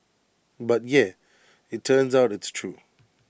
but yeah IT turns out it's true